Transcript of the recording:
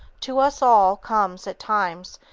to us all, comes, at times,